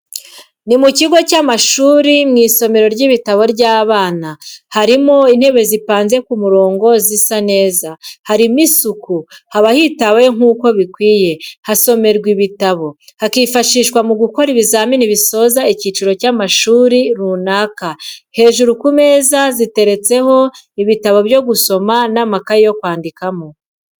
Ni mu kigo cy'amashuri mu isomero ry'ibitabo by'abana, harimo intebe zipanze ku murongo zisa neza, harimo isuku, habahitaweho nkuko bikwiye, hasomerwamo ibitabo, hakifashishwa mugukora ibizamini bisoza icyiciro cy'amashuri runaka. Hejuru ku meza ziteretseho ibitabo byo gusoma n'amakayi yo kwandikamo.